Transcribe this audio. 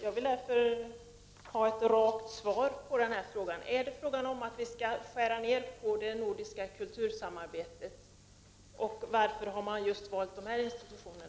Jag vill därför ha ett rakt svar på följande fråga: Skall man skära ner på det nordiska kultursamarbetet, och varför har man valt just dessa institutioner?